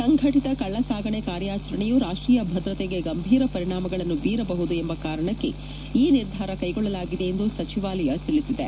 ಸಂಘಟಿತ ಕಳ್ಳಗಾಗಣೆ ಕಾರ್ಯಾಚರಣೆಯು ರಾಷ್ಟೀಯ ಭದ್ರತೆಗೆ ಗಂಭೀರ ಪರಿಣಾಮಗಳನ್ನು ಬೀರಬಹುದು ಎಂಬ ಕಾರಣಕ್ಕೆ ಈ ನಿರ್ಧಾರ ತೆಗೆದುಕೊಳ್ಳಲಾಗಿದೆ ಎಂದು ಸಚಿವಾಲಯ ತಿಳಿಸಿದೆ